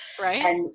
right